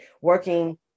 working